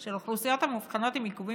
של אוכלוסיות המאובחנות עם עיכובים